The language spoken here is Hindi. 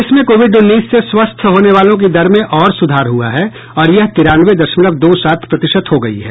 देश में कोविड उन्नीस से स्वस्थ होने वालों की दर में और सुधार हुआ है और यह तिरानवे दशमलव दो सात प्रतिशत हो गई है